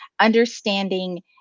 understanding